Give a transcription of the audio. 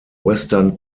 western